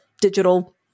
digital